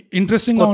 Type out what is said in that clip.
Interesting